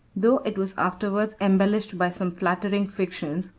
though it was afterwards embellished by some flattering fictions,